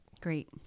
great